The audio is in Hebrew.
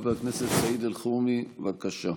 חבר הכנסת סעיד אלחרומי, בבקשה.